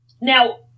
Now